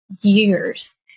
years